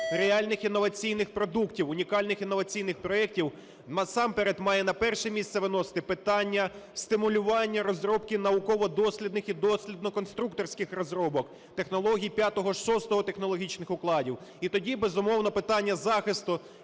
реальних інноваційних продуктів, унікальних інноваційних проектів насамперед має на перше місце виносити питання стимулювання розробки науково-дослідних і дослідно-конструкторських розробок, технологій 5-го і 6 технологічних укладів. І тоді, безумовно, питання захисту